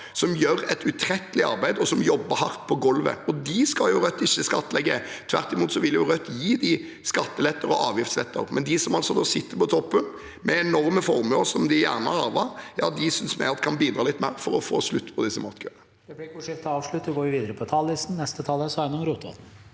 som gjør et utrettelig arbeid, og som jobber hardt på gulvet. De skal Rødt ikke skattlegge. Tvert imot vil Rødt gi dem skatteletter og avgiftsletter. Men de som sitter på toppen med enorme formuer de gjerne har arvet, synes vi kan bidra litt mer for å få slutt på matkøene.